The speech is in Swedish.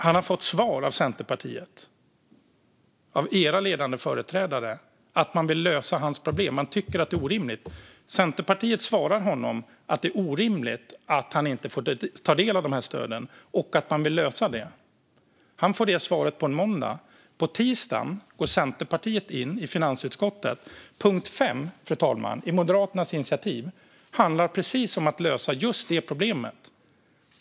Han har fått svar av Centerpartiet - av era ledande företrädare - att Centerpartiet vill lösa hans problem och tycker att det är orimligt. Centerpartiet har svarat honom att det är orimligt att han inte får ta del av dessa stöd och att man vill lösa det. Han fick detta svar på en måndag. På tisdagen gick Centerpartiet in i finansutskottet. Punkt 5 i Moderaternas initiativ, fru talman, handlar om att lösa just detta problem.